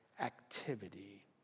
activity